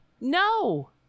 no